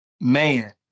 Man